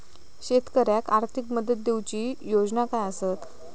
शेतकऱ्याक आर्थिक मदत देऊची योजना काय आसत?